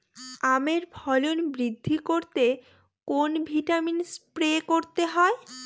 আমের ফলন বৃদ্ধি করতে কোন ভিটামিন স্প্রে করতে হয়?